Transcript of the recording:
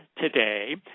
today